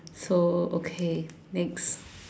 so okay next